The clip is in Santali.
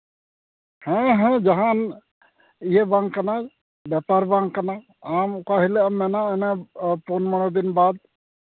ᱦᱮᱸ ᱦᱮᱸ ᱡᱟᱦᱟᱱ ᱤᱭᱟᱹ ᱵᱟᱝ ᱠᱟᱱᱟ ᱵᱮᱯᱟᱨ ᱵᱟᱝ ᱠᱟᱱᱟ ᱟᱢ ᱚᱠᱟ ᱦᱤᱞᱳᱜᱼᱮᱢ ᱢᱮᱱᱟ ᱚᱱᱟ ᱯᱩᱱ ᱢᱚᱬᱮ ᱫᱤᱱ ᱵᱟᱫᱽ